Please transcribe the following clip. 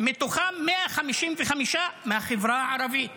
מתוכם 155 מהחברה הערבית.